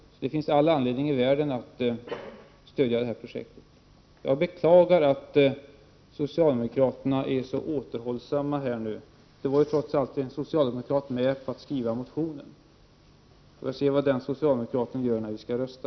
Det finns därför all anledning att stödja projektet i fråga. Jag beklagar att socialdemokraterna är så återhållssamma i det avseendet. Men en av motionärerna är socialdemokrat. Det återstår att se hur den socialdemokraten kommer att rösta.